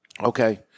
Okay